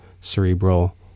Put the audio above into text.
cerebral